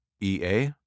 EA